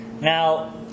Now